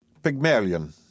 Pygmalion